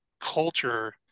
culture